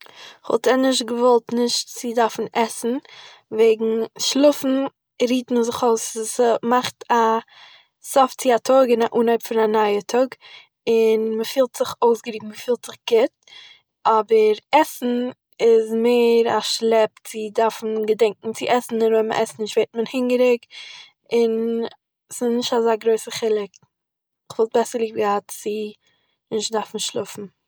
כ'וואלט ענדערש געוואלט נישט צו דארפן עסן, וועגן שלאפן רוהט מען זיך אויס ס'מאכט א סוף צו א טאג און אן אנהויב פון א נייע טאג, און מען פילט זיך אויסגערוהט, מען פילט זיך גוט אבער, עסן איז מער א שלעפ צו דארפן געדענקען צו עסן און אויב מען עסט נישט ווערט מען הונגעריג און ס'נישט אזא גרויסער חילוק. כ'וואלט בעסער ליב געהאט צו נישט דארפן שלאפן